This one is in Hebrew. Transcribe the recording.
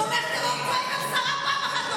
שם מותר ופה אסור?